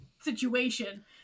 situation